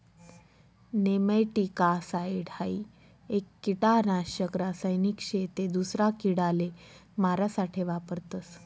nematicide हाई एक किडानाशक रासायनिक शे ते दूसरा किडाले मारा साठे वापरतस